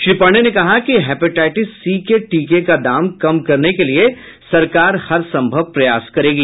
श्री पाण्डेय ने कहा कि हेपेटाइटीस सी के टिके का दाम कम करने के लिये सरकार हर संभव प्रयास करेगी